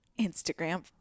Instagram